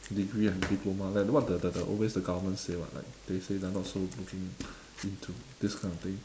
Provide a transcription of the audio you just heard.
degree and diploma like what the the the always the government say [what] like they say they are not so looking into this kind of thing